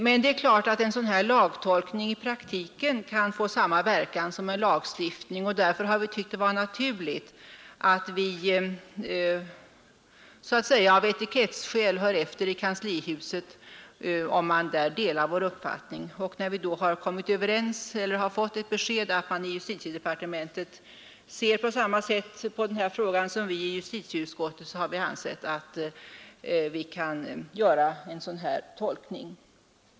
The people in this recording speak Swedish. Men det är klart att en sådan här lagtolkning i praktiken kan få samma verkan som en lagstiftning, och därför har vi tyckt det vara naturligt att vi så att säga av etikettsskäl skulle höra efter i kanslihuset om man där delar vår uppfattning. Och när vi då har fått ett besked att man i justitiedepartementet ser på denna fråga på samma sätt som utskottet har vi ansett att vi kan göra en sådan här lagtolkning.